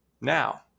Now